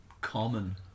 common